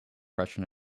freshen